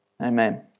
Amen